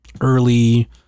early